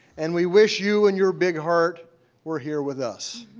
and we wish you and your big heart were here with us.